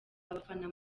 abafana